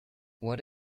what